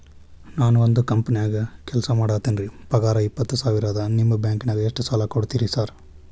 ನಾನ ಒಂದ್ ಕಂಪನ್ಯಾಗ ಕೆಲ್ಸ ಮಾಡಾಕತೇನಿರಿ ಪಗಾರ ಇಪ್ಪತ್ತ ಸಾವಿರ ಅದಾ ನಿಮ್ಮ ಬ್ಯಾಂಕಿನಾಗ ಎಷ್ಟ ಸಾಲ ಕೊಡ್ತೇರಿ ಸಾರ್?